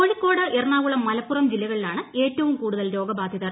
കോഴിക്കോട് എറണാകുളം മലപ്പുറം ജില്ലകളിലാണ് ഏറ്റവും കൂടുതൽ രോഗബാധിതർ